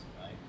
right